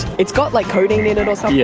it's got like codeine in it so yeah